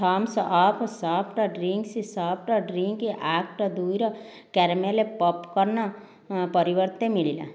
Thums Up soft drinks soft drink act ଦୁଇର caramel popcorn ପରିବର୍ତ୍ତେ ମିଳିଲା